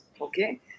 Okay